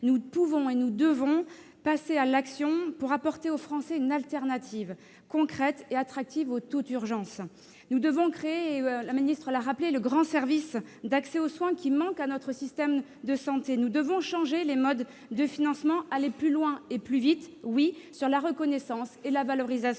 Nous pouvons et nous devons passer à l'action pour apporter aux Français une alternative concrète et attractive au « tout-urgences ». Nous devons créer, Mme la ministre l'a rappelé, le grand service d'accès aux soins qui manque à notre système de santé. Nous devons changer les modes de financement, aller plus loin et plus vite sur la reconnaissance et la valorisation